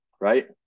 Right